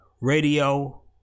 Radio